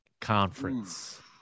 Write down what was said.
Conference